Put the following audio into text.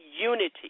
unity